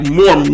more